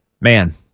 man